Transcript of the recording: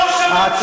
אתם וראש הממשלה,